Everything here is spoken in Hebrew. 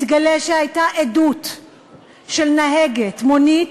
מתגלה שהייתה עדות של נהגת מונית,